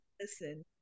Listen